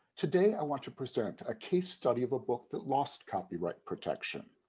today, i want to present a case study of a book that lost copyright protection.